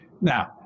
Now